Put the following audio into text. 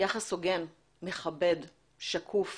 יחס הוגן, מכבד, שקוף